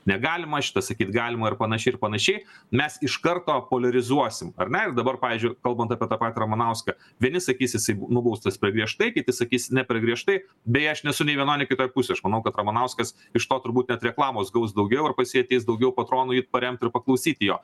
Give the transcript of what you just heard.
negalima šitą sakyt galima ir panašiai ir panašiai mes iš karto poliarizuosim ar ne ir dabar pavyzdžiui kalbant apie tą patį ramanauską vieni sakys jisai nubaustasper griežtai kiti sakys ne per griežtai beje aš nesu nė vienoj nė kitoj pusėj aš manau kad ramanauskas iš to turbūt net reklamos gaus daugiau ir pas jį ateis daugiau patronų jį paremt ir paklausyti jo